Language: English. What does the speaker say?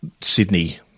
Sydney